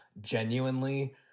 Genuinely